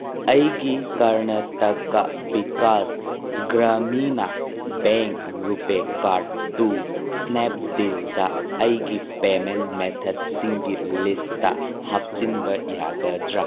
ꯑꯩꯒꯤ Karnataka Vikas Gramina bank RuPay ꯀꯥꯔꯠꯇꯨ ꯏꯁꯅꯦꯞꯗꯤꯜꯗ ꯑꯩꯒꯤ ꯄꯦꯃꯦꯟ ꯃꯦꯊꯠꯁꯤꯡꯒꯤ ꯂꯤꯁꯇ ꯍꯥꯞꯆꯤꯟꯕ ꯌꯥꯒꯗ꯭ꯔꯥ